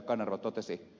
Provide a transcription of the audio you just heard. kanerva totesi